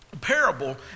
parable